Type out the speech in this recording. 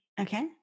Okay